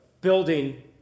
building